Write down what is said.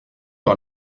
par